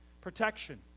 Protection